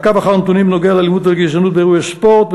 מעקב אחר נתונים בנוגע לאלימות ולגזענות באירועי ספורט,